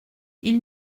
ils